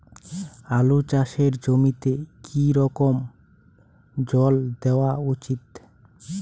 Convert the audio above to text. আলু চাষের জমিতে কি রকম জল দেওয়া উচিৎ?